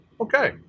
Okay